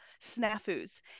snafus